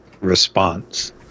response